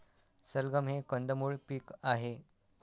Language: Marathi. सलगम हे कंदमुळ पीक आहे